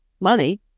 money